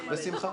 בשמחה.